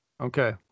Okay